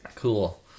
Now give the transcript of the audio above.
Cool